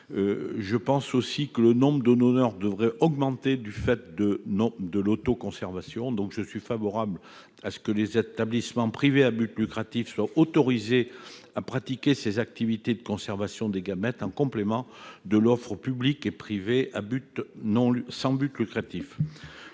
Par ailleurs, le nombre de donneurs devrait augmenter du fait de l'autorisation de l'autoconservation. Je suis donc favorable à ce que les établissements privés à but lucratif soient autorisés à pratiquer des activités de conservation des gamètes, en complément de l'offre publique et privée sans but lucratif.